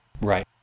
Right